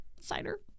cider